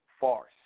farce